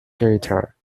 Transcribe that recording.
guitar